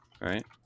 right